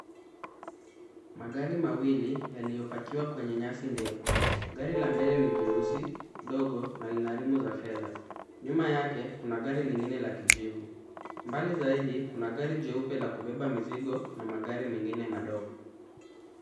Magari mawili yaliyopakiwa kwenye nyasi ndefu, gari la mbele ni jeusi, dogo na lina rimu za fedha. Nyuma yake, kuna gari lingine la kijivu. Mbali zaidi, kuna gari jeupe la kubeba mizigo na magari mengine madogo.